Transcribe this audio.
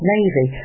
Navy